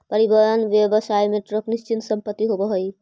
परिवहन व्यवसाय में ट्रक निश्चित संपत्ति होवऽ हई